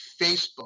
Facebook